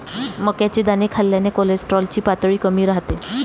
मक्याचे दाणे खाल्ल्याने कोलेस्टेरॉल ची पातळी कमी राहते